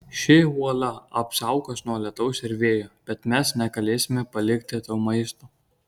ši uola apsaugos nuo lietaus ir vėjo bet mes negalėsime palikti tau maisto